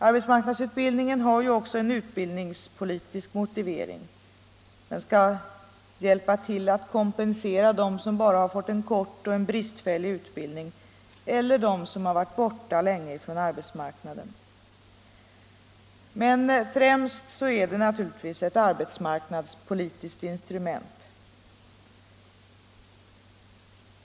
Arbetsmarknadsutbildningen har också en utbildningspolitisk motivering — den skall hjälpa till att kompensera dem som bara har fått en kort och bristfällig utbildning eller dem som har varit borta länge från arbetsmarknaden —- men främst är den naturligtvis ett arbetsmarknadspolitiskt instrument.